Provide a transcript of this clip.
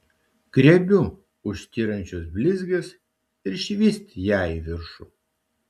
griebiu už styrančios blizgės ir švyst ją į viršų